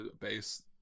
base